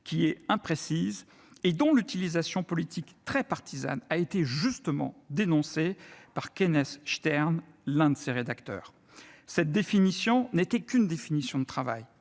qui est imprécise et dont l'utilisation politique très partisane a été justement dénoncée par Kenneth Stern, l'un de ses rédacteurs. Cette définition n'était qu'une définition de travail.